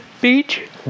Beach